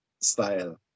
style